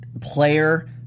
player